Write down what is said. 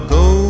go